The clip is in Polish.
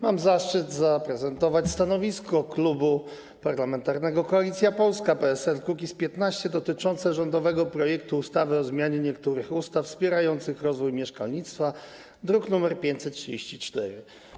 Mam zaszczyt zaprezentować stanowisko Klubu Parlamentarnego Koalicja Polska - PSL - Kukiz15 dotyczące rządowego projektu ustawy o zmianie niektórych ustaw wspierających rozwój mieszkalnictwa, druk nr 534.